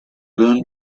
learn